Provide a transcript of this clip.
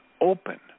open